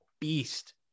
beast